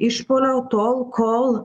išpuolio tol kol